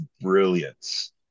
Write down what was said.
brilliance